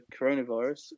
coronavirus